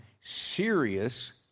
serious